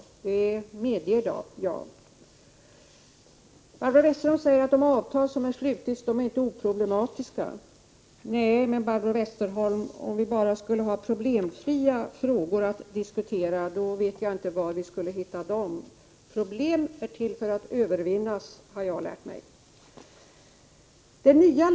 Barbro Westerholm sade att de avtal som har slutits inte är oproblematiska. Nej, Barbro Westerholm, om vi bara skulle ha problemfria frågor att diskutera, vet jag inte var man kunde hitta dem. Jag har lärt mig att problem är till för att lösas.